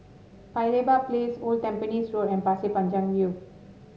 Paya Lebar Place Old Tampines Road and Pasir Panjang View